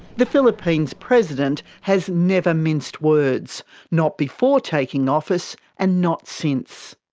the philippines' president has never minced words not before taking office, and not since.